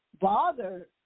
bother